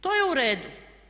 To je u redu.